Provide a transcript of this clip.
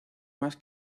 más